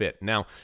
Now